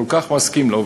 כל כך מסכים אתו,